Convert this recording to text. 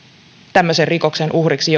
tämmöisen rikoksen uhriksi